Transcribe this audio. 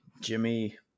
Jimmy